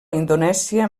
indonèsia